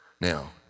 Now